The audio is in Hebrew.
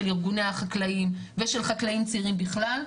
ארוני החקלאים ושל חקלאים צעירים בכלל,